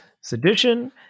Sedition